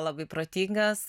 labai protingas